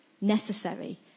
necessary